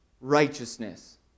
righteousness